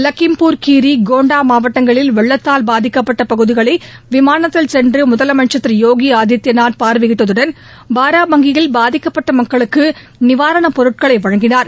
லக்கின்பூர் கீரி கோண்டா மாவட்டங்களில் வெள்ளத்தால் பாதிக்கப்பட்ட பகுதிகளை விமானத்தில் சென்று முதலமைச்ச் திரு போகி ஆதித்யநாத் பார்வையிட்டதுடன் பாராபங்கியில் பாதிக்கப்பட்ட மக்களுக்கு நிவாரணப் பொருட்களை வழங்கினார்